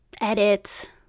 edit